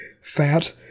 fat